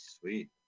Sweet